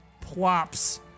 plops